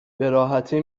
براحتی